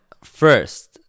first